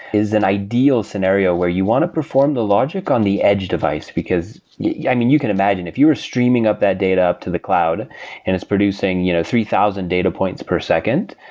is an ideal scenario where you want to perform the logic on the edge device, because yeah i mean, you can imagine. if you were streaming up that data up to the cloud and it's producing you know three thousand data points per second,